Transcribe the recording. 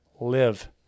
live